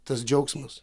tas džiaugsmas